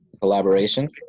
collaboration